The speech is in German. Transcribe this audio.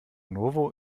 novo